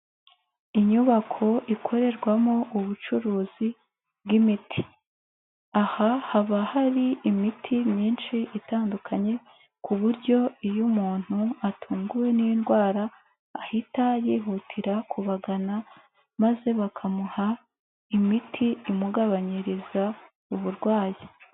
Inyubako ikorerwamo ubucuruzi bw'imiti, aha haba hari imiti myinshi itandukanye ku buryo iyo umuntu atunguwe n'indwara, ahita yihutira kubagana maze bakamuha imiti imugabanyiriza uburwayi.